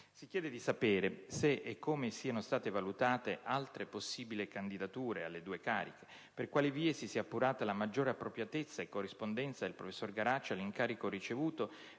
si chiede di sapere se e come siano state valutate altre possibili candidature alle due cariche e per quali vie si sia appurata la maggiore appropriatezza e corrispondenza del professor Garaci all'incarico ricevuto